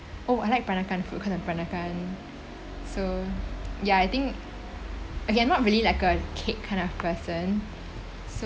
oh I like peranakan food cause I'm peranakan so ya I think okay I'm not really like a cake kind of person so